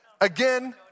Again